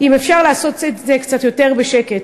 אם אפשר לעשות את זה קצת יותר בשקט,